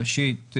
ראשית,